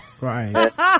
Right